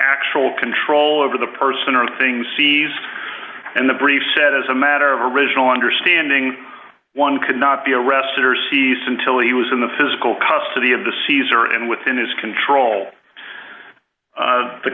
actual control over the person or things seized and the brief said as a matter of original understanding one could not be arrested or cease until he was in the physical custody of the caesar and within his control